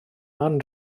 man